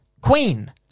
Queen